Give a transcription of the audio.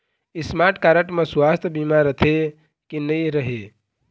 Smart card म सुवास्थ बीमा रथे की नई रहे?